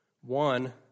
One